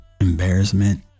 embarrassment